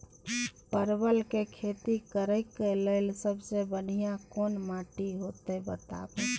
परवल के खेती करेक लैल सबसे बढ़िया कोन माटी होते बताबू?